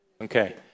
Okay